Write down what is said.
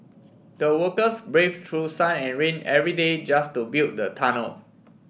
the workers braved through sun and rain every day just to build the tunnel